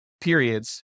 periods